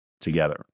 together